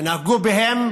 ונהגו בהם